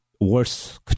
Worse